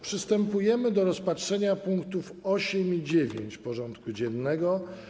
Przystępujemy do rozpatrzenia punktów 8. i 9. porządku dziennego: